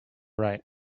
right